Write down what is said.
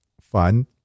fun